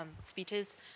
speeches